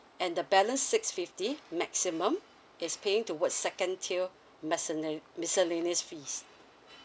and the balance six fifty maximum is paying towards second tier mescella~ miscellaneous fees